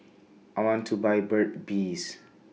I want to Buy Burt's Bees